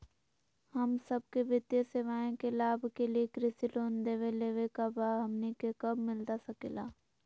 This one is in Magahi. हम सबके वित्तीय सेवाएं के लाभ के लिए कृषि लोन देवे लेवे का बा, हमनी के कब मिलता सके ला?